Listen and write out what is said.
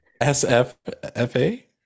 S-F-F-A